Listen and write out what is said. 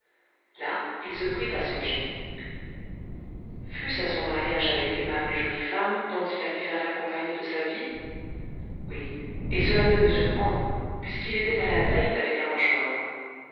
là il se prit à songer futce à son mariage avec l'aimable et jolie femme dont il allait faire la compagne de sa vie oui et cela ne peut surprendre puisqu'il était à la veille d'aller la rejoindre